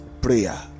prayer